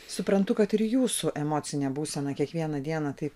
suprantu kad ir jūsų emocinė būsena kiekvieną dieną taip